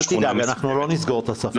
אל תדאג, אנחנו לא נסגור את הספארי.